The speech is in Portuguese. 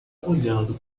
olhando